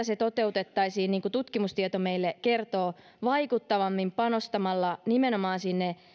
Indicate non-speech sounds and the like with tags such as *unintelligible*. *unintelligible* se toteutettaisiin niin kuin tutkimustieto meille kertoo vaikuttavammin panostamalla nimenomaan